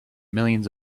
millions